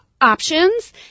options